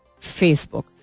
Facebook